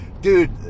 dude